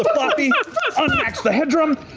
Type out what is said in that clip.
the floppy, unmax the headroom,